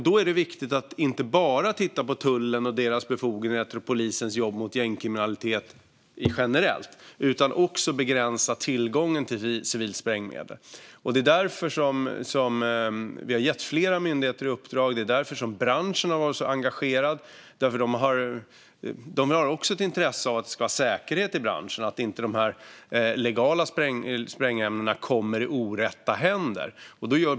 Då är det viktigt att inte bara titta på tullen och dess befogenheter och polisens jobb mot gängkriminalitet generellt utan att också begränsa tillgången till civila sprängmedel. Det är därför som vi har gett uppdrag till flera myndigheter, och det är därför som branschen har varit så engagerad. Den har också ett intresse av att det ska vara säkerhet i branschen så att de legala sprängämnena inte kommer i orätta händer.